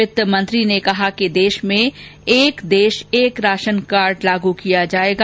वित्त मंत्री ने कहा कि देश में एक देश एक राशन कार्ड लागू किया जाएगा